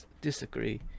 disagree